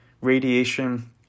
radiation